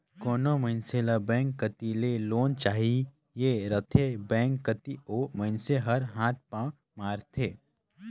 कोनो मइनसे ल बेंक कती ले लोन चाहिए रहथे बेंक कती ओ मइनसे हर हाथ पांव मारथे